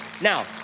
Now